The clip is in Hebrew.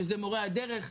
מורי הדרך,